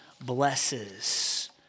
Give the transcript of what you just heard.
blesses